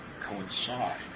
coincide